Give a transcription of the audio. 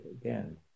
again